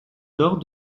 nord